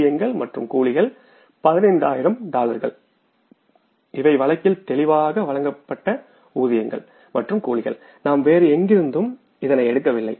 ஊதியங்கள் மற்றும் கூலிகள் 15000 டாலர்கள் இவை வழக்கில் தெளிவாக வழங்கப்பட்ட ஊதியங்கள் மற்றும் கூலிகள் நாம் வேறு எங்கிருந்தும் இதனை எடுக்கவில்லை